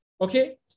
Okay